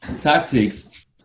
Tactics